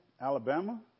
Alabama